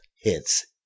Hits